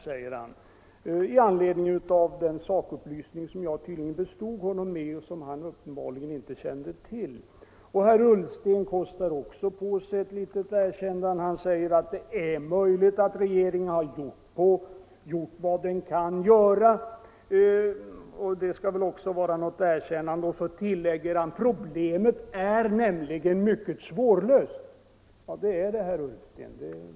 Detta med anledning av den sakupplysning som jag tydligen bestod honom med och som han uppenbarligen dessförinnan inte kände till. Herr Ullsten kostar också på sig ett litet erkännande. Han säger att det är möjligt att regeringen har gjort vad den kunnat göra. Han tillägger också: Problemet är nämligen mycket svårlöst. Ja, det är det.